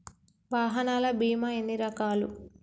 వాహనాల బీమా ఎన్ని రకాలు?